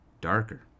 Darker